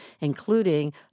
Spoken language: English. including